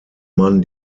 mann